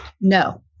No